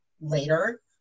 later